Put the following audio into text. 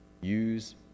Use